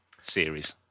series